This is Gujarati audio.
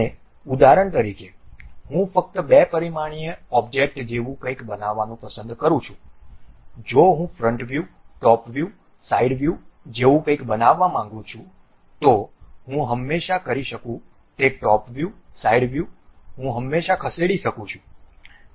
અને ઉદાહરણ તરીકે હું ફક્ત 2 પરિમાણીય ઑબ્જેક્ટ જેવું કંઈક બનાવવાનું પસંદ કરું છું જો હું front view top view side view જેવું કંઇક બનાવવા માંગું છું તો હું હંમેશાં કરી શકું તે ટોપ વ્યૂ સાઇડ વ્યૂ હું હંમેશા ખસેડી શકું છું